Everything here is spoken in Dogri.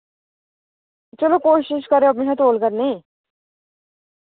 चलो कोशश करेओ अपने शा तौल करने दी